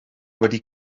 wedi